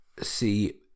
see